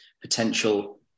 potential